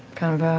kind of